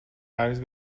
قرض